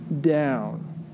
down